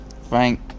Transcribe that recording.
Frank